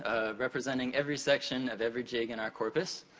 ah representing every section of every jig in our corpus.